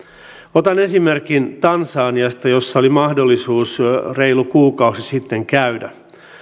otan esimerkin tansaniasta jossa oli mahdollisuus reilu kuukausi sitten käydä